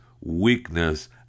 weakness